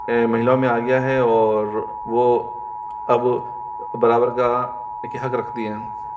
महिलाओं में आ गया है और वह अब बराबर का हक रखती है